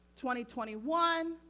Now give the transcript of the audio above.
2021